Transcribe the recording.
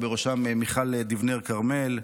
ובראשם מיכל דיבנר כרמל,